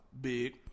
Big